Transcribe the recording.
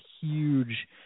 huge